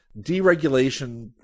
deregulation